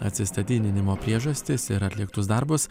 atsistatydinimo priežastis ir atliktus darbus